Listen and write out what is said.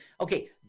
Okay